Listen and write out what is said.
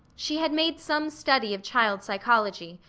she had made some study of child psychology,